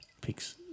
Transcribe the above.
picks